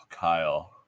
Kyle